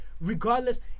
regardless